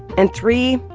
and three,